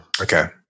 okay